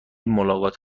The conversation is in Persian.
ملاقات